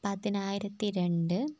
പതിനായിരത്തി രണ്ട്